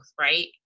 right